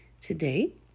Today